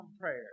prayer